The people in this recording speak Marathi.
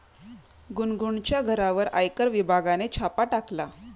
गुनगुनच्या घरावर आयकर विभागाने छापा टाकला